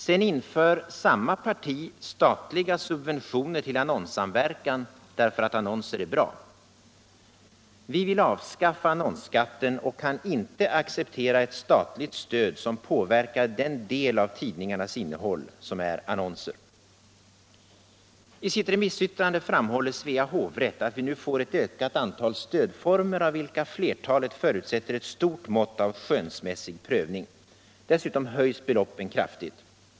Sedan inför samma parti statliga subventioner till annonssamverkan därför att annonser är bra. Vi vill avskaffa annonsskatten och kan inte acceptera ett statligt stöd som påverkar den del av tidningarnas innehåll som är annonser. I sitt remissyttrande framhåller Svea hovrätt att vi nu får ett ökat antal stödformer, av vilka flertalet förutsätter ett stort mått av skönsmässig prövning. Dessutom höjs beloppen kraftigt.